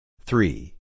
Three